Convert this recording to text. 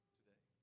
today